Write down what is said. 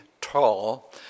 tall